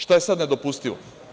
Šta je sad nedopustivo?